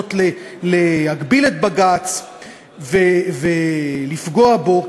ולניסיונות להגביל את בג"ץ ולפגוע בו.